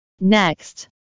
Next